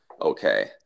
okay